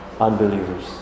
unbelievers